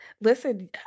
Listen